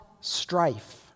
strife